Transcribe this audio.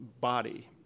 body